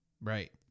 right